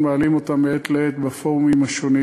מעלים אותם מעת לעת בפורומים השונים,